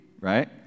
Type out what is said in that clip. right